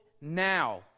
now